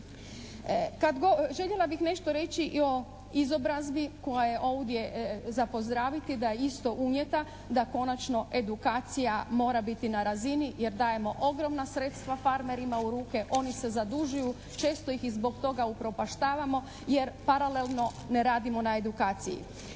Željela bih nešto reći i o izobrazbi koja je ovdje za pozdraviti da je isto unijeta, da konačno edukacija mora biti na razini jer dajemo ogromna sredstva farmerima u ruke, oni se zadužuju, često ih i zbog toga i upropaštavamo jer paralelno ne radimo na edukaciji.